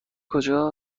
کجا